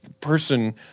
person